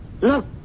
Look